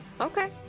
Okay